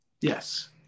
Yes